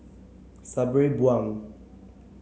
Sabri Buang